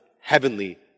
heavenly